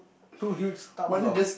two huge tubs of